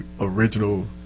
original